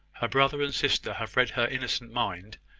her brother and sister have read her innocent mind,